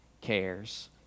cares